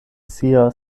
sia